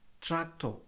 tractor